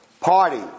Party